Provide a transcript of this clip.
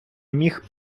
міх